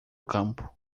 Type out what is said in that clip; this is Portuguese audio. campo